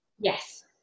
yes